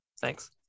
Thanks